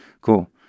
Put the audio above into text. cool